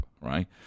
right